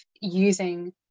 using